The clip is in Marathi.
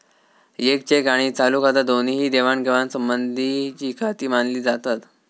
येक चेक आणि चालू खाता दोन्ही ही देवाणघेवाण संबंधीचीखाती मानली जातत